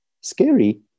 scary